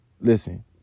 Listen